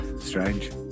strange